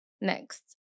Next